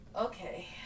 Okay